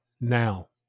Now